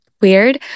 weird